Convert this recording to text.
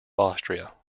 austria